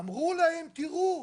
אמרו להם: תראו,